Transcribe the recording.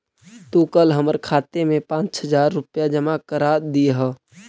तू कल हमर खाते में पाँच हजार रुपए जमा करा दियह